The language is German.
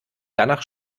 danach